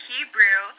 Hebrew